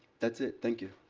that's it. thank you.